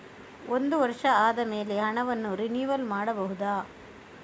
ಒಂದು ವರ್ಷ ಆದಮೇಲೆ ಹಣವನ್ನು ರಿನಿವಲ್ ಮಾಡಬಹುದ?